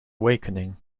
wakening